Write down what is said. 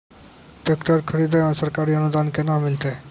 Tractor खरीदै मे सरकारी अनुदान केना मिलतै?